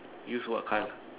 use what colour